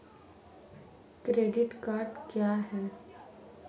Credit card क्या है?